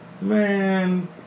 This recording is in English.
Man